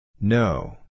No